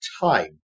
time